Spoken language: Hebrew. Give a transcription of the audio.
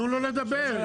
אלו שעושים וימשיכו לעשות.